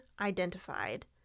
identified